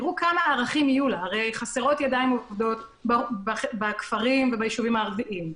תראו כמה ערכים יהיו לה: חסרות ידיים עובדות בכפרים ובישובים הערבים.